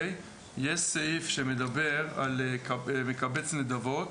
יש סעיף שמדבר על מקבץ נדבות,